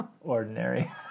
ordinary